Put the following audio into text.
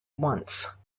once